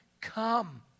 come